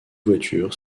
voiture